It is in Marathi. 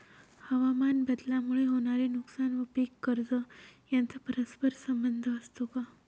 हवामानबदलामुळे होणारे नुकसान व पीक कर्ज यांचा परस्पर संबंध असतो का?